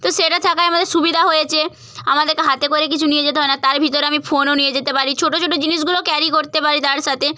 তো সেটা থাকায় আমাদের সুবিধা হয়েছে আমাদেরকে হাতে করে কিছু নিয়ে যেতে হয় না তার ভিতরে আমি ফোনও নিয়ে যেতে পারি ছোট ছোট জিনিসগুলো ক্যারি করতে পারি তার সাথে